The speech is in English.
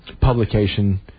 publication